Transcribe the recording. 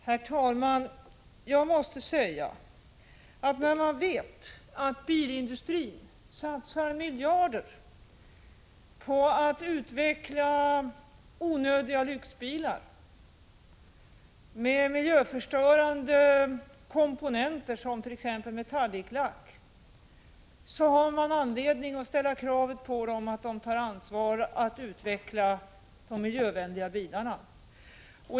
Herr talman! När man vet att bilindustrin satsar miljarder på att utveckla 7 april 1986 onödiga lyxbilar med miljöförstörande komponenter, t.ex. metallic-lack, har man anledning att ställa kravet på den att den tar ansvar för att utveckla de miljövänliga bilarna.